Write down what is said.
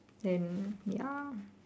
and ya